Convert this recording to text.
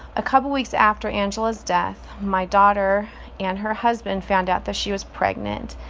a couple weeks after angela's death, my daughter and her husband found out that she was pregnant.